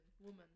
woman